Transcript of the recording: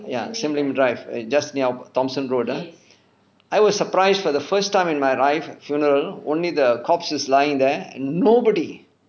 ya sim lim drive ah just near thomson road ah I was surprised for the first time in my life funeral only the corpse is lying there and nobody